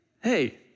Hey